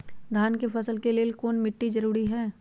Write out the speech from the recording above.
धान के फसल के लेल कौन मिट्टी जरूरी है?